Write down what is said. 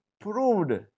proved